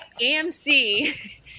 AMC